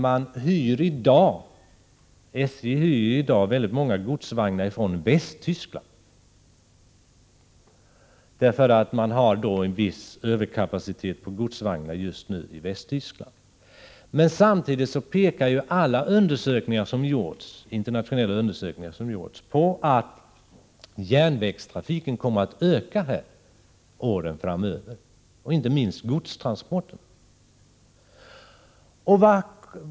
SJ hyr i dag många godsvagnar från Västtyskland. Man har nämligen just nu en viss överkapacitet när det gäller godsvagnar i Västtyskland. Samtidigt pekar alla internationella undersökningar som gjorts på att järnvägstrafiken kommer att öka under åren framöver — inte minst godstransporterna.